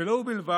ולא הוא בלבד,